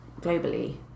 globally